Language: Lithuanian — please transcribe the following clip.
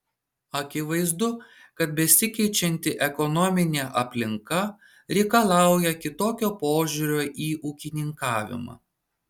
akivaizdu kad besikeičianti ekonominė aplinka reikalauja kitokio požiūrio į ūkininkavimą